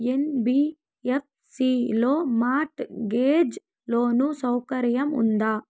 NBFC లో mortgage loan సౌకర్యం ఉందా?